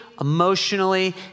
emotionally